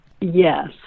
Yes